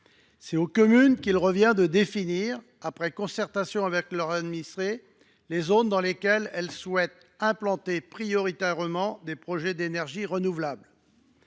C’est aux communes qu’il revient de définir, après concertation avec leurs administrés, les zones dans lesquelles elles souhaitent implanter prioritairement des projets d’énergies renouvelables.